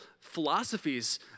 philosophies